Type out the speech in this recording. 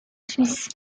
suisse